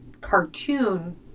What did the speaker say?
cartoon